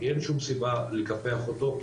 כי אין שום סיבה לקפח אותו,